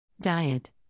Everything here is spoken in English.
Diet